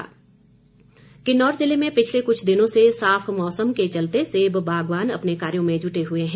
सेब किन्नौर ज़िले में पिछले कुछ दिनों से साफ मौसम के चलते सेब बागवान अपने कार्यों में जुटे हुए हैं